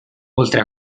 oltre